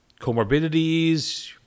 comorbidities